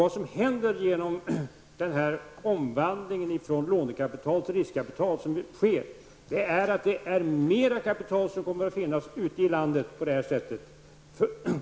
Vad som händer genom omvandlingen från lånekapital till riskkapital är att mera kapital kommer att finnas ute i landet.